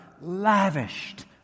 lavished